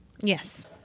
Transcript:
Yes